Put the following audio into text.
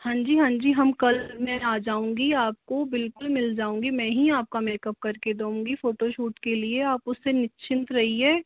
हाँ जी हाँ जी हम कल मैं आ जाऊँगी आपको बिल्कुल मिल जाऊँगी मैं ही आपका मेकअप करके दूँगी फोटोशूट के लिए आप उससे निश्चिंत रहिए